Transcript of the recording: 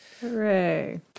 Hooray